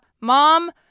mom